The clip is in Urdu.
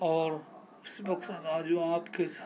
اور اس جو آپ کے